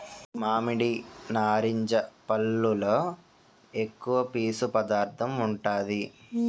మామిడి, నారింజ పల్లులో ఎక్కువ పీసు పదార్థం ఉంటాది